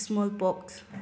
small pox